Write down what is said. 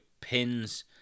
pins